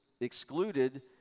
excluded